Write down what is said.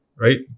right